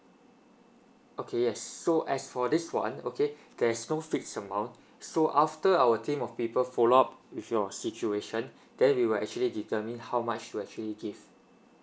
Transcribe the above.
okay yes so as for this one okay there's no fixed amount so after our team of people follow up with your situation then we will actually determine how much to actually give